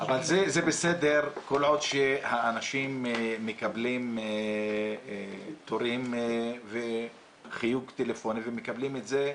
אבל זה בסדר כל עוד שהאנשים מקבלים תורים וחיוג טלפוני ומקבלים את זה.